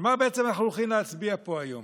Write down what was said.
על מה אנחנו הולכים להצביע פה היום?